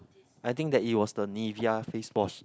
I think that it was the Nivea face wash